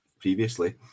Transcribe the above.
previously